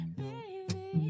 baby